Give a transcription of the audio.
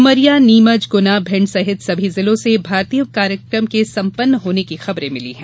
उमरिया नीमचगुना भिण्ड सहित सभी जिलों से भारतीयम कार्यक्रम संपन्न होने की खबरें मिली हैं